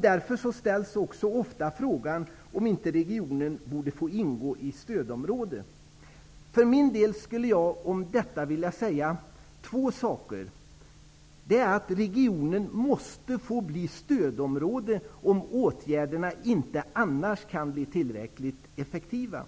Därför ställs också ofta frågan om inte regionen borde få ingå i stödområde. För min del skulle jag vilja säga två saker: Regionen måste få bli stödområde, om åtgärderna inte annars blir tillräckligt effektiva.